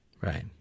Right